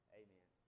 amen